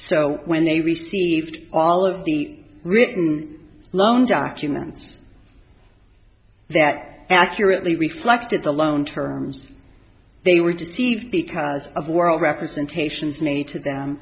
so when they received all of the written loan documents that accurately reflected the loan terms they were deceived because of world representations made to them